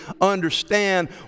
understand